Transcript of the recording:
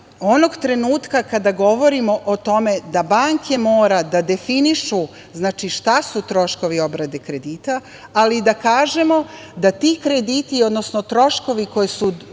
onog trenutka kada govorimo o tome da banke moraju da definišu šta su troškovi obrade kredita, ali i da kažemo da ti krediti, odnosno troškovi koji su dobijeni